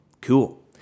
Cool